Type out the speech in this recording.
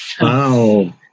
Wow